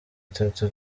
itatu